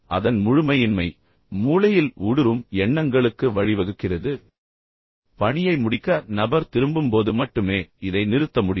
அதன் முழுமையின்மை மூளையில் ஊடுருவும் எண்ணங்களுக்கு வழிவகுக்கிறது இது நபர் பணியை முடிக்க திரும்பும்போது மட்டுமே நிறுத்த முடியும்